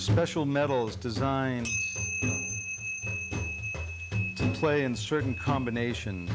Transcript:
special metals designed play in certain combination